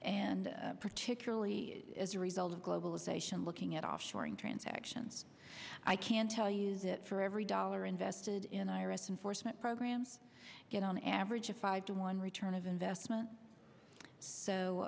and particularly as a result of globalization looking at offshoring transactions i can tell you that for every dollar invested in iris enforcement program get on average a five to one return of investment so